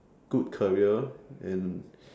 good career and